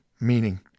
meaning